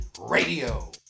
radio